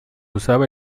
usaba